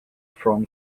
from